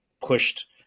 pushed